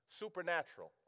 supernatural